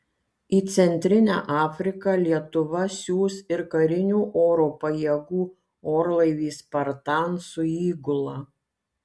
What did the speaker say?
į centrinę afriką lietuva siųs ir karinių oro pajėgų orlaivį spartan su įgula